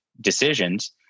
decisions